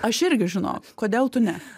aš irgi žinok kodėl tu ne